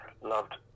loved